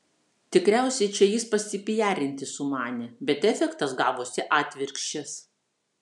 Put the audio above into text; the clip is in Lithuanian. tikriausiai čia jis pasipijarinti sumanė bet efektas gavosi atvirkščias